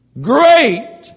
great